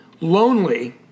lonely